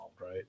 right